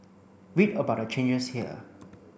read about the changes here